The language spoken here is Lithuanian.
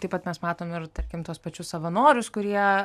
taip pat mes matom ir tarkim tuos pačius savanorius kurie